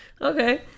Okay